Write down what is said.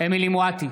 אמילי חיה מואטי,